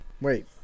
Wait